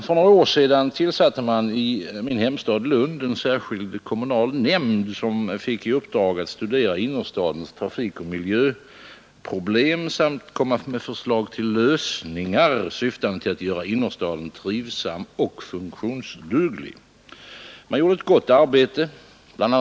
För några år sedan tillsatte man i min hemstad Lund en särskild kommunal nämnd, som fick i uppdrag att studera innerstadens trafikoch miljöproblem samt komma med förslag till lösningar syftande till att göra innerstaden trivsam och funktionsduglig. Man gjorde ett gott arbete. Bl.